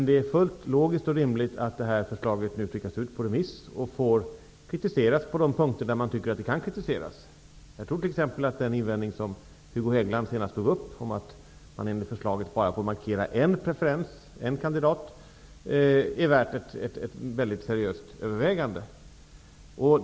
Det är fullt logiskt och rimligt att förslaget nu skickas ut på remiss och får kritiseras på de punkter där remissinstanserna anser att det kan kritiseras. Jag tror t.ex. att Hugo Hegelands invändning mot att man enligt förslaget bara får markera en preferens, en kandidat, är värd ett mycket seriöst övervägande.